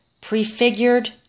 prefigured